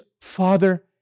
father